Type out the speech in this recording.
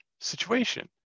situation